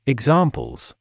Examples